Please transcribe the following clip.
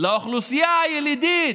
לאוכלוסייה הילידית,